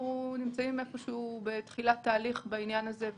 אנחנו נמצאים איפה שהוא בתחילת תהליך בעניין הזה.